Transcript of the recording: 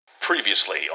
Previously